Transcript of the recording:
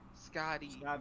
Scotty